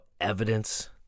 evidence